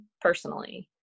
personally